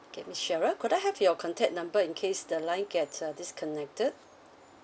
okay miss sheryl could I have your contact number in case the line gets uh disconnected